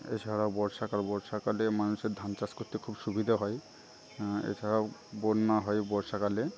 এছাড়াও বর্ষাকাল বর্ষাকালে মানুষের ধান চাষ করতে খুব সুবিধা হয় এছাড়াও বন্যা হয় বর্ষাকালে